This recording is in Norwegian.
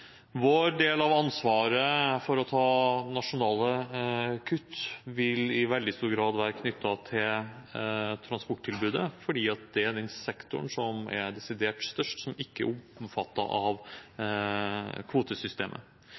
Vår del av ansvaret for å ta nasjonale kutt vil i veldig stor grad være knyttet til transporttilbudet, fordi det er den sektoren som er den desidert største som ikke er omfattet av kvotesystemet.